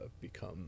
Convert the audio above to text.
become